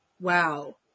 Wow